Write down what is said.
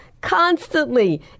constantly